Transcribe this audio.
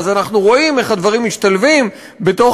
ואז אנחנו רואים איך הדברים משתלבים בתוך